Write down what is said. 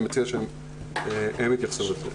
אני מציע שהפרקליטות תתייחס לזה.